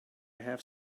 have